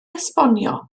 esbonio